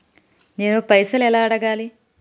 నేను పైసలు ఎలా అడగాలి?